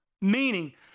meaning